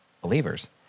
believers